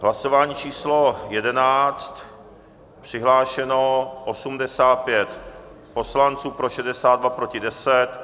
Hlasování číslo 11, přihlášeno 85 poslanců, pro 62, proti 10.